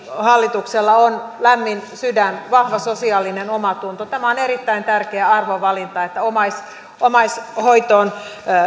hallituksella on lämmin sydän vahva sosiaalinen omatunto tämä on erittäin tärkeä arvovalinta että omaishoitoon